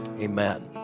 amen